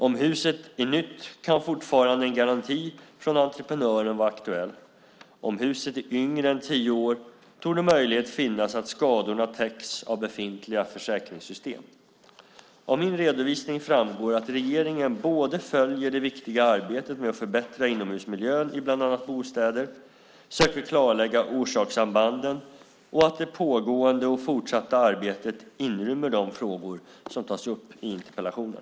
Om huset är nytt kan fortfarande en garanti från entreprenören vara aktuell. Om huset är yngre än tio år torde möjlighet finnas att skadorna täcks av befintliga försäkringssystem. Av min redovisning framgår att regeringen både följer det viktiga arbetet med att förbättra inomhusmiljön i bland annat bostäder och söker klarlägga orsakssambanden och att det pågående och fortsatta arbetet inrymmer de frågor som tas upp i interpellationen.